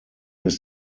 ist